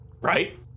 Right